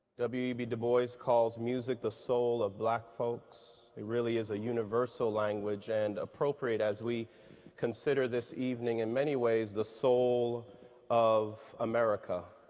debby dubois called music the soul of black folks. it really is a universal language and appropriate as we consider this evening in many ways the soul of america.